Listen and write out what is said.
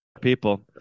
People